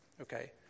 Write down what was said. Okay